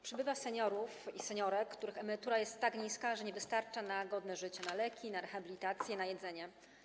Przybywa seniorów i seniorek, których emerytura jest tak niska, że nie wystarcza na godne życie, na leki, na rehabilitację, na jedzenie.